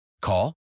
Call